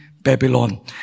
Babylon